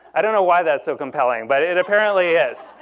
i don't know why that's so compelling, but it apparently is.